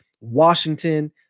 Washington